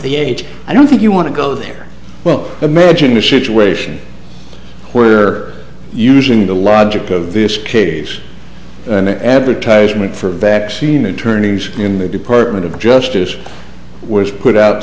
the age i don't think you want to go there well imagine the situation where usually the logic of this case and the advertisement for vaccine attorneys in the department of justice was put out